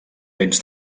vents